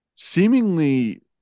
Seemingly